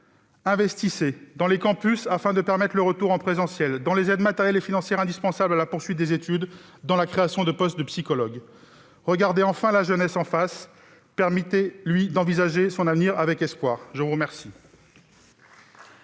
Investissez dans les campus afin de permettre le retour des étudiants en présentiel, investissez dans les aides matérielles et financières indispensables à la poursuite des études, investissez dans la création de postes de psychologues ! Regardez enfin la jeunesse en face, permettez-lui d'envisager son avenir avec espoir ! La parole